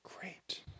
great